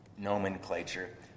nomenclature